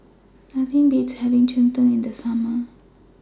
Nothing Beats having Cheng Tng in The Summer